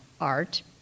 ART